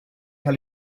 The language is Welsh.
cael